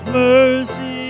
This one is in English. mercy